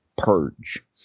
Purge